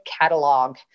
catalog